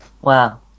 Wow